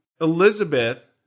Elizabeth